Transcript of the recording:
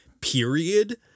period